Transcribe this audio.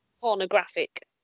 pornographic